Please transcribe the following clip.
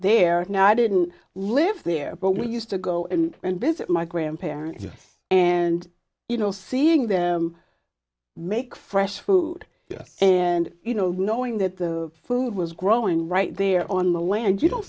there no i didn't live there but we used to go in and visit my grandparents and you know seeing them make fresh food yes and you know knowing that the food was growing right there on the land you don't